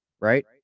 right